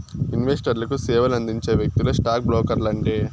ఇన్వెస్టర్లకు సేవలందించే వ్యక్తులే స్టాక్ బ్రోకర్లంటే